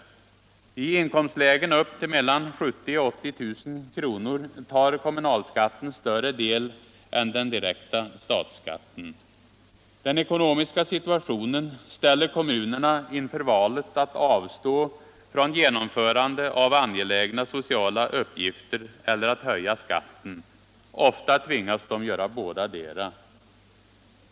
I inkomstlägen upp till mellan 70 000 och 80 000 kr. tar kommunalskatten en större del än den direkta statsskatten. Den ekonomiska situationen ställer kommunerna inför valet att avstå från genomförande av angelägna sociala uppgifter eller att höja skatten. Ofta tvingas de göra bådadera.